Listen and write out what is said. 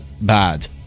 bad